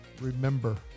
remember